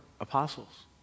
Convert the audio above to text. apostles